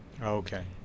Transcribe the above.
Okay